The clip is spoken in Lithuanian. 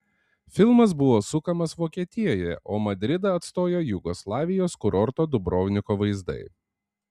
filmas buvo sukamas vokietijoje o madridą atstojo jugoslavijos kurorto dubrovniko vaizdai